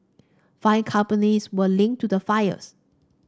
five companies were linked to the fires